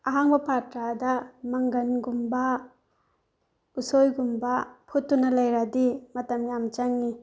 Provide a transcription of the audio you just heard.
ꯑꯍꯥꯡꯕ ꯄꯥꯇ꯭ꯔꯗ ꯃꯪꯒꯟꯒꯨꯝꯕ ꯎꯁꯣꯏꯒꯨꯝꯕ ꯐꯨꯠꯇꯨꯅ ꯂꯩꯔꯗꯤ ꯃꯇꯝ ꯌꯥꯝ ꯆꯪꯏ